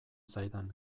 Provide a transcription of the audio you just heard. zaidan